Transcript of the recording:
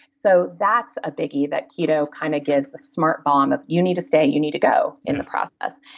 so that's a biggie that keto kind of gives a smart bomb of you need to stay, you need to go in the process.